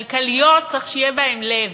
כלכליות, צריך שיהיה בהן לב,